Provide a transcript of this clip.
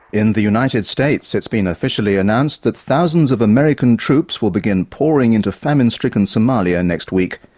in the united states, it's been officially announced that thousands of american troops will begin pouring into famine-stricken somalia next week.